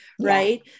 Right